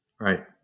Right